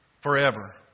Forever